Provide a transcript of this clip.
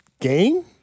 game